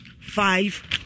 five